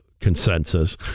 consensus